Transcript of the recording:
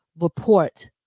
report